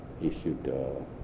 issued